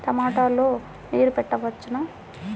టమాట లో నీరు పెట్టవచ్చునా?